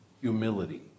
humility